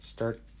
Start